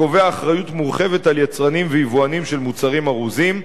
הקובע אחריות מורחבת על יצרנים ויבואנים של מוצרים ארוזים,